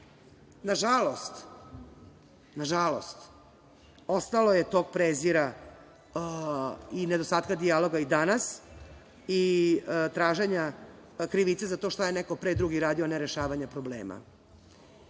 nas radili. Nažalost, ostalo je tog prezira i nedostatka dijaloga i danas i traženja krivice za to šta je neko pre drugi radio, a ne rešavanje problema. Kada